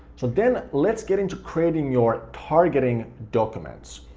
so then let's get into creating your targeting documents.